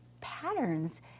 patterns